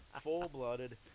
full-blooded